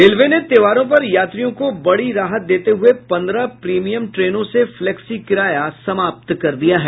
railway ने त्योहारों पर यात्रियों को बड़ी राहत देते हुये पंद्रह प्रीमियम ट्रेनों से फ्लैक्सी किराया समाप्त कर दिया है